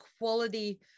quality